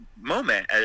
moment